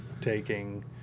taking